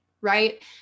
right